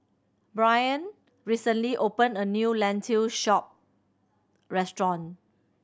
Brain recently opened a new Lentil Soup restaurant